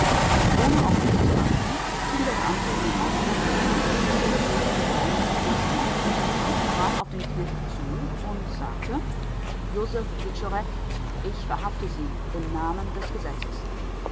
ohne auf mich zu achten ging der beamte in den hausflur hinaus in den eben der lange ignaz eingetreten war trat auf den knecht zu und sagte josef wiczorek ich verhafte sie im namen des gesetzes